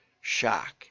shock